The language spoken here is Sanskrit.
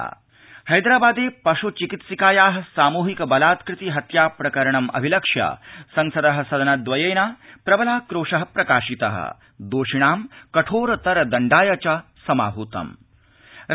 हैदराबादप्रकरणम् संसद् हैदराबादे पश् चिकित्सिकाया सामूहिक बलात्कृति हत्या प्रकरणम् अभिलक्ष्य संसद सदन द्वयेन प्रबलाक्रोश प्रकाशित दोषिणां कठोरतर दण्डाय च समाहतम्